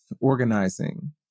organizing